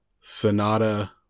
Sonata